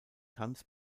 tanz